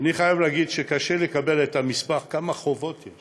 אני חייב להגיד שקשה לקבל את המספר, כמה חובות יש